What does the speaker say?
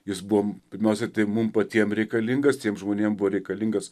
jis buvo pirmiausia tai mum patiem reikalingas tiem žmonėm buvo reikalingas